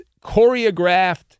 choreographed